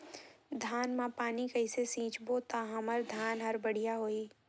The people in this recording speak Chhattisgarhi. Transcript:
धान मा पानी कइसे सिंचबो ता हमर धन हर बढ़िया होही?